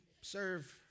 serve